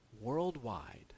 worldwide